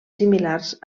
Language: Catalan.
similars